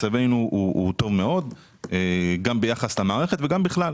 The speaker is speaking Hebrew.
מצבנו טוב מאוד גם ביחס למערכת וגם בכלל.